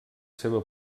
seva